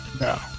No